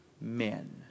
men